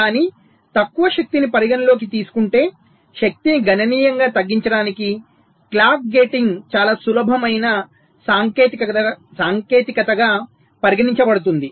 కానీ తక్కువ శక్తిని పరిగణనలోకి తీసుకుంటే శక్తిని గణనీయంగా తగ్గించడానికి క్లాక్ గేటింగ్ చాలా సులభమైన సాంకేతికతగా పరిగణించబడుతుంది